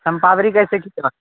سون پاپڑی کیسے کلو